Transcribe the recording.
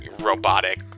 robotic